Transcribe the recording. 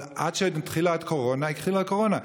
אז עד שהתחילה הקורונה,